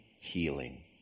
healing